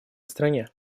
стране